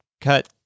cut